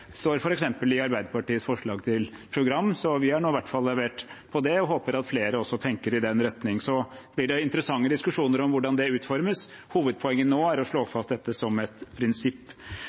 i Arbeiderpartiets forslag til program. Vi har i hvert fall levert på det, og jeg håper at flere tenker i den retning. Så blir det nok noen interessante diskusjoner om hvordan det skal utformes. Hovedpoenget nå er å slå fast dette som et prinsipp.